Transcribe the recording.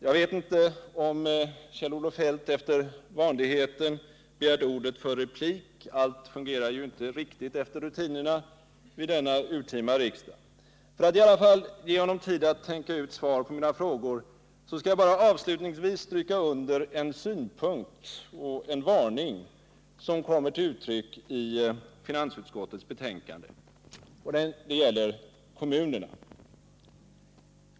Jag vet inte om Kjell-Olof Feldt efter vanligheten har begärt ordet för replik. Allt fungerar ju inte riktigt efter rutinerna vid denna urtima riksdag. För att ge honom tid att tänka ut svar på mina frågor, skall jag avslutningsvis bara stryka under en synpunkt och en varning, som kommer till uttryck i finansutskottets betänkande. Det gäller kommunerna.